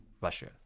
Russia